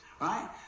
right